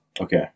Okay